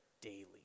daily